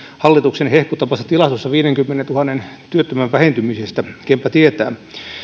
hallituksen hehkuttamassa tilastossa viidenkymmenentuhannen työttömän vähentymisestä kenpä tietää